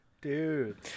dude